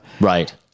Right